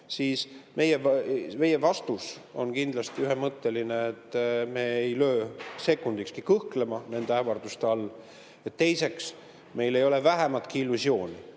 Meie vastus on kindlasti ühemõtteline. [Esiteks,] me ei löö sekundikski kõhklema nende ähvarduste all, ja teiseks, meil ei ole vähimatki illusiooni.